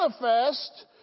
manifest